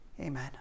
Amen